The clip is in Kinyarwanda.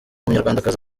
munyarwandakazi